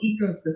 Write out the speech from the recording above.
ecosystem